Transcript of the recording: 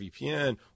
VPN